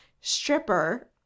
stripper